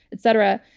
et cetera,